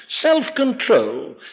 self-control